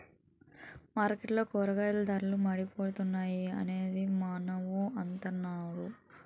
మార్కెట్లో కూరగాయల ధరలు మండిపోతున్నాయి అనేసి మావోలు అంతన్నారు